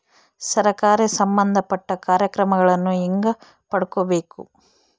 ಸರಕಾರಿ ಸಂಬಂಧಪಟ್ಟ ಕಾರ್ಯಕ್ರಮಗಳನ್ನು ಹೆಂಗ ಪಡ್ಕೊಬೇಕು?